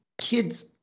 kids